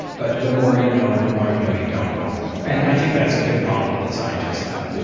but the more you know, the more you know you don't know. right? i think that's a good problem that scientists have.